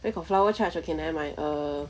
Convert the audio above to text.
where got flower charge okay never mind err